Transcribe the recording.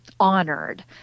honored